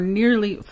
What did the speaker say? nearly